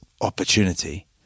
opportunity